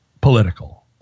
political